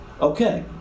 okay